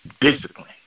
discipline